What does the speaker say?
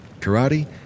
Karate